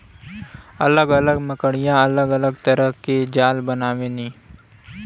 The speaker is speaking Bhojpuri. अलग अलग मकड़िया अलग अलग तरह के जाला बनावलीन